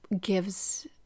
gives